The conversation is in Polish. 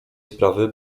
sprawy